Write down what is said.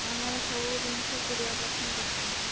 ଆମର ସବୁ ଜିନିଷ କୋଡ଼ିଏ କୋଡ଼ିଏ ପର୍ସେଣ୍ଟ୍ ଡିସ୍କାଉଣ୍ଟ୍ ଅଛି